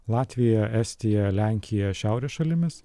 latvija estija lenkija šiaurės šalimis